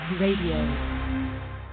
Radio